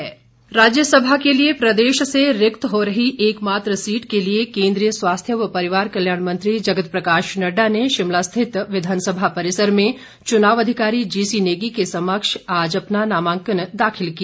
नामांकन राज्यसमा के लिए प्रदेश से रिक्त हो रही एक मात्र सीट के लिए केंद्रीय स्वास्थ्य व परिवार कल्याण मंत्री जगत प्रकाश नड्डा ने शिमला स्थित विधानसभा परिसर में चुनाव अधिकारी जीसी नेगी के समक्ष आज अपना नामांकन दाखिल किया